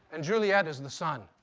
and juliet is the sun.